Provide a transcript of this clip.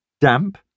damp